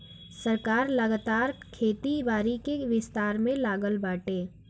सरकार लगातार खेती बारी के विस्तार में लागल बाटे